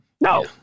No